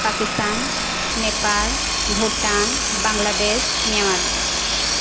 Pakistan Nepal Bhutan Bangladesh Myanmar